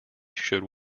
should